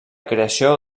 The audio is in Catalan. creació